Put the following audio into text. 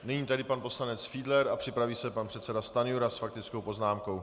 Nyní tedy pan poslanec Fiedler a připraví se pan předseda Stanjura s faktickou poznámkou.